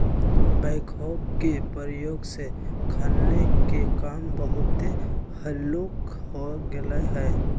backhoe के प्रयोग से खन्ने के काम बहुते हल्लुक हो गेलइ ह